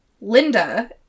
Linda